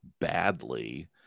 badly